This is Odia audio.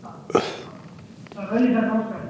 ହ ହଉ ତ ରହିଲି ସାର୍ ନମସ୍କାର୍